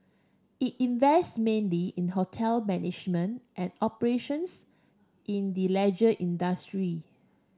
it invests mainly in hotel management and operations in the leisure industry